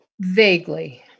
vaguely